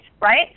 right